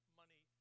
money